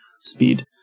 speed